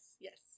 yes